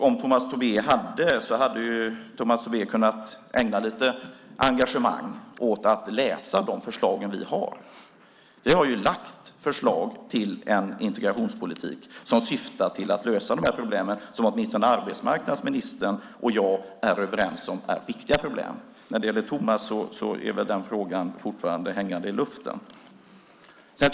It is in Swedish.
Om han hade velat så hade han kunnat visa lite engagemang genom att läsa de förslag vi har. Vi har lagt fram förslag till en integrationspolitik som syftar till att lösa dessa problem som åtminstone arbetsmarknadsministern och jag är överens om är viktiga problem. När det gäller Tomas hänger den frågan fortfarande i luften.